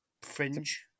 fringe